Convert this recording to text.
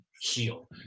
heal